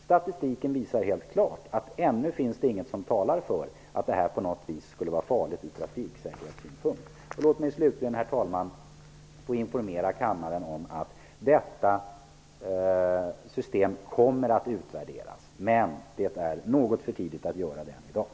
Statistiken visar helt klart att det ännu inte finns något som talar för att det här på något vis skulle vara farligt från trafiksäkerhetssynpunkt. Låt mig slutligen, herr talman, få informera kammaren om att detta system kommer att utvärderas. Men det är något för tidigt att göra det i dag.